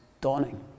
dawning